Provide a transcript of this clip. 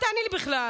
אל תעני לי בכלל.